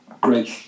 great